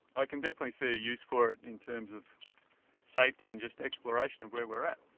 i can definitely see a use for it in terms of safety and just exploration of where we're at.